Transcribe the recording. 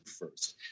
first